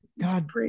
God